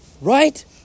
Right